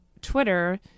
Twitter